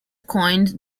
coined